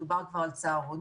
מדובר כבר על צהרונים